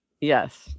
Yes